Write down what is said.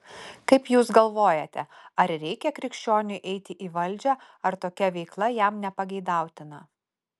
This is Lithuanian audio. kaip jūs galvojate ar reikia krikščioniui eiti į valdžią ar tokia veikla jam nepageidautina